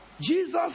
Jesus